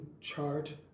chart